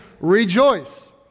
rejoice